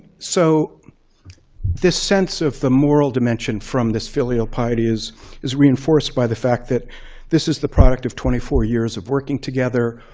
so this sense of the moral dimension from this filial piety is is reinforced by the fact that this is the product of twenty four years of working together.